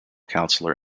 counselor